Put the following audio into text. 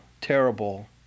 terrible